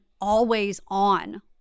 always-on